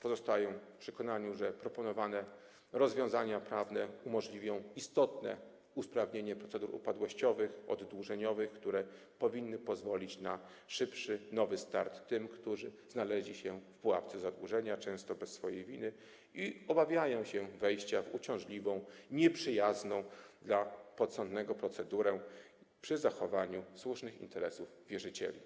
Pozostaję w przekonaniu, że proponowane rozwiązania prawne umożliwią istotne usprawnienie procedur upadłościowych, oddłużeniowych, które powinny pozwolić na szybszy nowy start tym, którzy znaleźli się w pułapce zadłużenia często bez swojej winy i obawiają się wejścia w uciążliwą, nieprzyjazną dla podsądnego procedurę przy zachowaniu słusznych interesów wierzycieli.